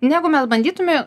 negu mes bandytumė